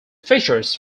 features